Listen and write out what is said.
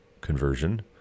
conversion